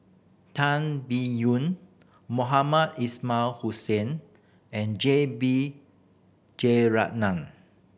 Tan Biyun Mohamed Ismail Hussain and J B Jeyaretnam